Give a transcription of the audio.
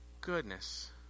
Goodness